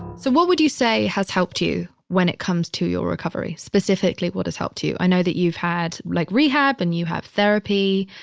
so what would you say has helped you when it comes to your recovery? specifically, what has helped you? i know that you've had like rehab and you have therapy.